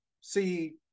See